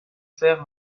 fer